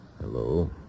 Hello